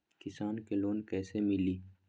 किसान के लोन कैसे मिली?